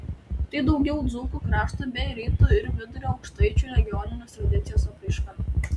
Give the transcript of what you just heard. tai daugiau dzūkų krašto bei rytų ir vidurio aukštaičių regioninės tradicijos apraiška